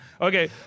Okay